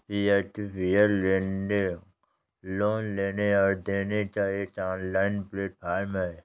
peer to peer lending loan लेने और देने का एक ऑनलाइन प्लेटफ़ॉर्म है